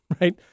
right